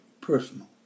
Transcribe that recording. personal